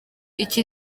iki